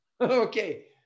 Okay